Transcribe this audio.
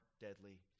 deadly